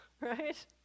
right